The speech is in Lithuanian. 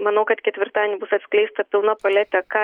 manau kad ketvirtadienį bus atskleista pilna paletė ką